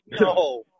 no